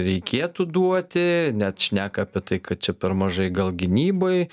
reikėtų duoti net šneka apie tai kad čia per mažai gal gynybai